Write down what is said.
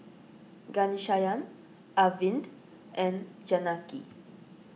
Ghanshyam Arvind and Janaki